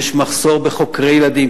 יש מחסור בחוקרי ילדים.